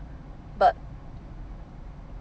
but